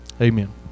Amen